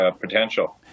potential